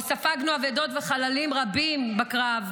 שבה ספגנו אבדות וחללים רבים בקרב,